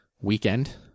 weekend